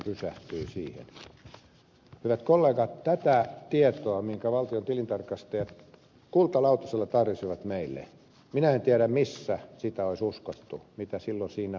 hyvät kollegat en tiedä missä tätä tietoa minkä valtiontilintarkastajat kultalautasella tarjosi meille olisi uskottu sitä mitä silloin siinä opuksessa sanottiin